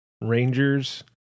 Rangers